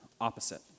opposite